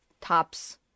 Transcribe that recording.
tops